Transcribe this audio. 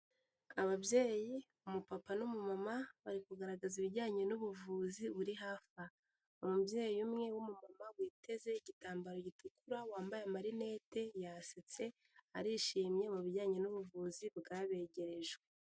Ababyeyi, umupapa n'umu mama, bari kugaragaza ibijyanye n'ubuvuzi buri hafi aho. Umubyeyi umwe w'umumama witeze igitambaro gitukura, wambaye amarinete, yasetse, arishimye mu bijyanye n'ubuvuzi bwabegerejwe.